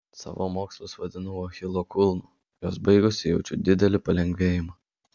savo mokslus vadinau achilo kulnu juos baigusi jaučiu didelį palengvėjimą